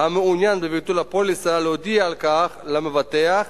המעוניין בביטול הפוליסה להודיע על כך למבטח